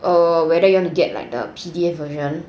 err whether you want to get like the P_D_F version